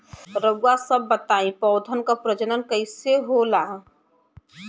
रउआ सभ बताई पौधन क प्रजनन कईसे होला?